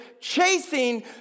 chasing